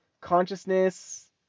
consciousness